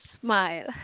smile